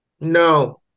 No